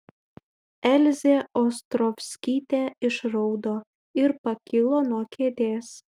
elzė ostrovskytė išraudo ir pakilo nuo kėdės